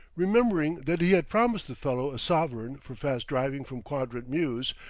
remembering that he had promised the fellow a sovereign for fast driving from quadrant mews,